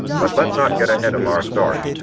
but let's not get ahead of our story.